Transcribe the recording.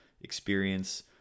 experience